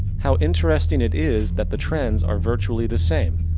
how interesting it is, that the trends, are virtually the same.